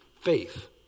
faith